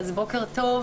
הרווחה,